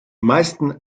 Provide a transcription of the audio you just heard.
meisten